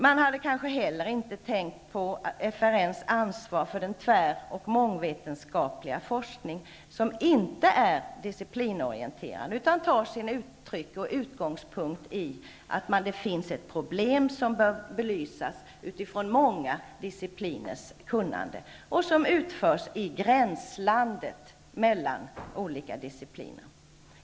Man hade kanske inte heller tänkt på FRN:s ansvar för den tvär och mångvetenskapliga forskning som inte är disciplinorienterad utan som tar som sin utgångspunkt i att det finns ett problem som bör belysas från många discipliner och som utförs i gränslandet mellan olika discipliner.